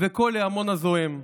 וקול ההמון הזועם.